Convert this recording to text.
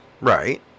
Right